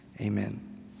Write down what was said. amen